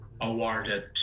awarded